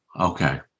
Okay